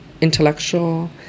intellectual